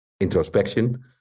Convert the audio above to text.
introspection